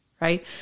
right